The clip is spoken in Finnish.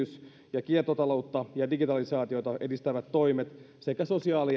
ja kiertotaloutta ja digitalisaatiota edistävät toimet sekä sosiaali ja terveyssektorin kehitys sekä